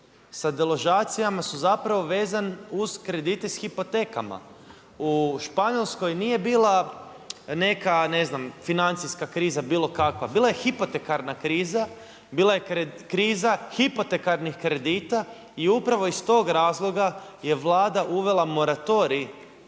sa deložacijama su zapravo vezan uz kredite sa hipotekama. U Španjolskoj nije bila neka ne znam financijska kriza bilo kakva, bila je hipotekarna kriza, bila je kriza hipotekarnih kredita i upravo iz tog razloga je Vlada uvela moratorij